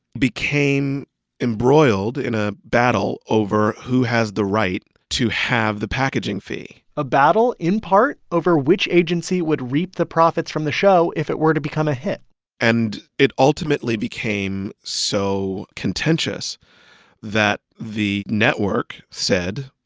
became embroiled in a battle over who has the right to have the packaging fee a battle, in part, over which agency would reap the profits from the show if it were to become a hit and it ultimately became so contentious that the network said,